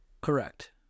Correct